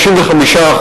55%,